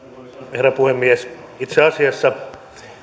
herra puhemies itse asiassa